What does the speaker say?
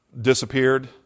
disappeared